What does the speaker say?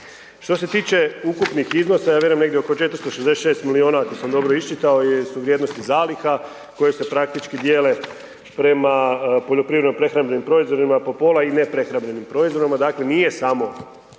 Što se tiče ukupnih iznosa ja vjerujem negdje oko 466 milijuna ako sam dobro iščitao su vrijednosti zaliha koje se praktički dijele prema poljoprivredno prehrambenim proizvodima i ne prehrambenim proizvodima. Dakle nije samo